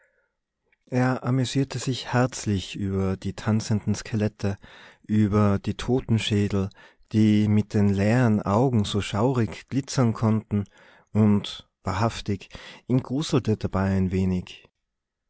er amüsierte sich herzlich über die tanzenden skelette über die totenschädel die mit den leeren augen so schaurig glitzern konnten und wahrhaftig ihn gruselte dabei ein wenig